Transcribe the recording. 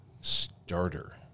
starter